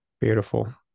Beautiful